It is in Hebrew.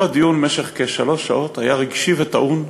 הדיון במשך כשלוש שעות היה רגשי וטעון: